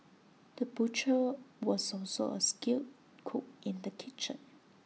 the butcher was also A skilled cook in the kitchen